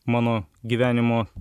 mano gyvenimo